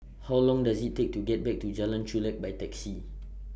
How Long Does IT Take to get Back to Jalan Chulek By Taxi